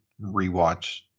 rewatch